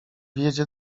wiedzie